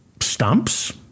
stumps